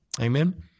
Amen